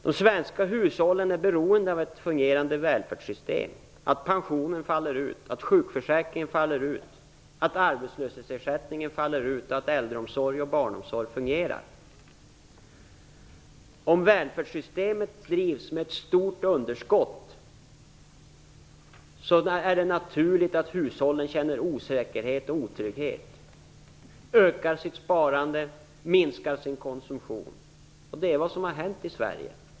De svenska hushållen är beroende av ett fungerande välfärdssystem, att pensionen faller ut, att sjukförsäkringen faller ut, att arbetslöshetsersättningen faller ut och att äldreomsorg och barnomsorg fungerar. Om välfärdssystemet drivs med ett stort underskott är det naturligt att hushållen känner osäkerhet och otrygghet, ökar sitt sparande och minskar sin konsumtion. Det är vad som har hänt i Sverige.